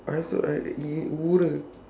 I also uh he ooru